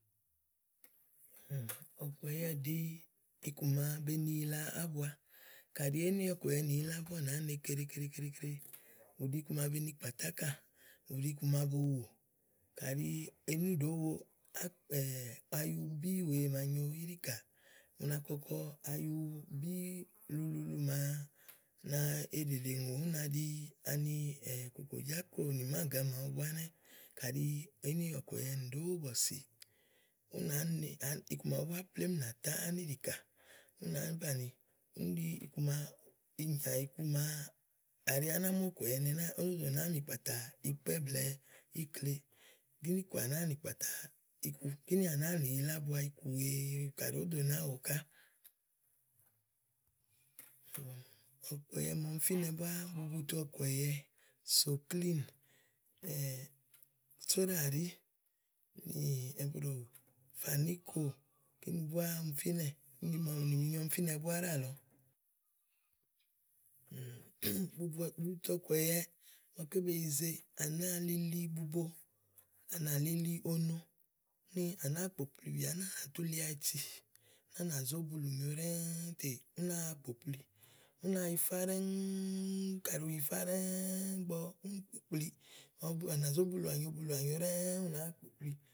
ɔ̀kùɛyɛ ɖìi iku màa bèé ni yila ábua. Kàɖi èé ni ɔ̀kùɛ̀yɛ nì yila ábua, ú nàá ne keɖe keɖe keɖe. ù ɖi iku ma be ni kpàtà ákà, ù ɖi iku ma bo wò. Kayi èé ni ɖòó wo, ákpɛ̀ ayubi wèe màa nyo íɖìkà, u na kɔkɔ ayubì luluulu màa na eɖèɖèùŋò ú naɖi kòkòjákò nì máàlɛ nì máàgá ɛnɛ́, kayi èé ni ɔ̀kùɛ̀yɛ nì ɖòo wo bɔ̀sì, u na ni iku màaɖu plémú nà zá ániɖìkà, ú nàá banìi, Úní ɖi iku màa iku màa kàɖi à ná mu ɔ̀kùɛ̀yɛ ɛ́nɛ̀ɛ ó nó dò nàáa mi kpàtà akpɛ́ blɛ̀ɛ ikle, kíni kò à nàa nì kpàtà iku, kíni à nàáa nì yila ábua iku wèe kàɖi òó do nàáa wò ká. ɔ̀kùɛ̀ yɛ màa ɔmi fínɛ búáá, bubutu ɔ̀kùɛ̀yɛ, sòkíìm, sòɖòɖì ɛ̀bu ɖò fànìkò. Kini bùà ɔmi fìnɛ, úni màa nì nyi ɔmi fínɛ búá ɖíàlɔ. bubutu ɔ̀kùɛ̀yɛ, ígbɔké be yize. À nàáa lili bubo, à nà lili ono úni à nàáa kpòkplibìà, à nà tú li áyiti, úni à nà zó bulù nyo ɖɛ́ɛ́ tè ú náa kpókpli. Ú nàa yifá ɖɛ́ŋúú kàɖi ù yifá ɖɛ́ɛ́ ígbɔ úni kpókpli, ígbɔ ɔwɔ bulùà, à nà zò bulùà nyo ɖɛ́ɛ́, ú nàa kpókpli.